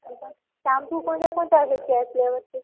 हो का शाम्पू कोणत्या कोणत्या ह्याचे आहेत फ्लेवर्सचे